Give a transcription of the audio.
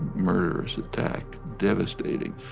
murderous attack, devastating.